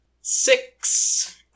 Six